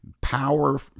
power